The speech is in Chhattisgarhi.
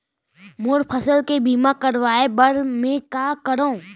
मोर फसल के बीमा करवाये बर में का करंव?